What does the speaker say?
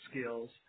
skills